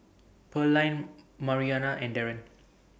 Pearline Marianita and Darren